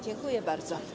Dziękuję bardzo.